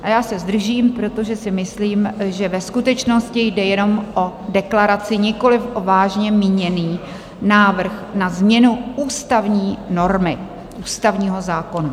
A já se zdržím, protože si myslím, že ve skutečnosti jde jenom o deklaraci, nikoliv o vážně míněný návrh na změnu ústavní normy, ústavního zákona.